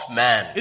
man